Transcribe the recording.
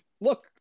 look